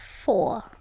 Four